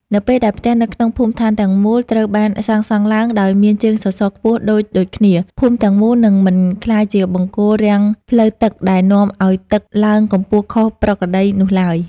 នៅពេលដែលផ្ទះនៅក្នុងភូមិឋានទាំងមូលត្រូវបានសាងសង់ឡើងដោយមានជើងសសរខ្ពស់ដូចៗគ្នា ភូមិទាំងមូលនឹងមិនក្លាយជាបង្គោលរាំងផ្លូវទឹកដែលនាំឱ្យទឹកឡើងកម្ពស់ខុសប្រក្រតីនោះឡើយ។